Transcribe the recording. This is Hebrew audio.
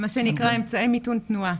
מה שנקרא אמצעי מיתון תנועה.